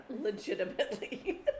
Legitimately